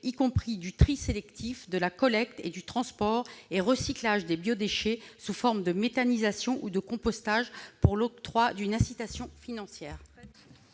y compris du tri sélectif, de la collecte, du transport et du recyclage des biodéchets sous forme de méthanisation ou de compostage par l'octroi d'une incitation financière.